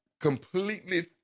completely